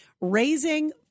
raising